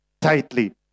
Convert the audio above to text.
tightly